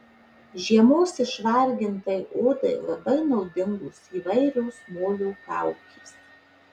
žiemos išvargintai odai labai naudingos įvairios molio kaukės